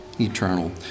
eternal